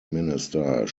minister